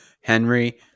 henry